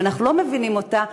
אם אנחנו לא מבינים אותה,